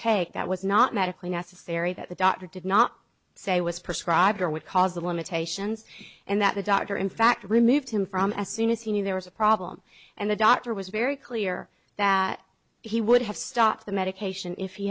take that was not medically necessary that the doctor did not say was prescribed or would cause the limitations and that the doctor in fact removed him from as soon as he knew there was a problem and the doctor was very clear that he would have stopped the medication if he